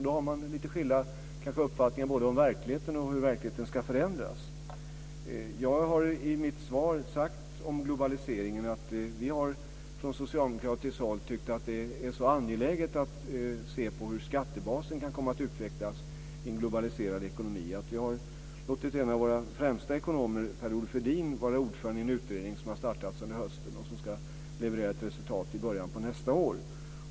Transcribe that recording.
Då har man kanske lite skilda uppfattningar både om verkligheten och om hur verkligheten ska förändras. Jag har i mitt svar sagt om globaliseringen att vi från socialdemokratiskt håll har tyckt att det är så angeläget att se på hur skattebasen kan komma att utvecklas i en globaliserad ekonomi att vi har låtit en av våra främsta ekonomer, Per-Olof Edin, vara ordförande i en utredning som har startats under hösten och som ska leverera ett resultat i början av nästa år.